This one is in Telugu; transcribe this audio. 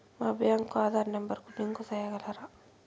మా బ్యాంకు కు ఆధార్ నెంబర్ కు లింకు సేయగలరా?